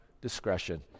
discretion